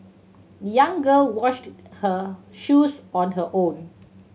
the young girl washed her shoes on her own